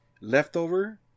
leftover